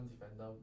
defender